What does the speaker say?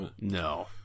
No